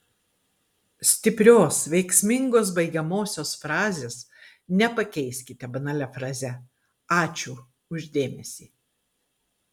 stiprios veiksmingos baigiamosios frazės nepakeiskite banalia fraze ačiū už dėmesį